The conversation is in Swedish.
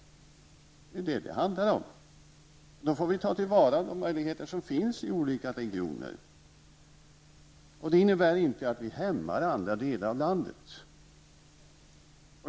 Det är vad det handlar om. Vi får ta till vara de möjligheter som finns i olika regioner. Det innebär inte att vi hämmar andra delar av landet.